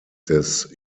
des